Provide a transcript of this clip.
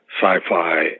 sci-fi